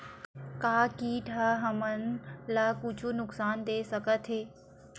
का कीट ह हमन ला कुछु नुकसान दे सकत हे?